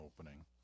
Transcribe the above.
opening